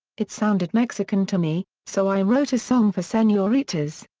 it sounded mexican to me, so i wrote a song for senoritas.